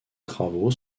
travaux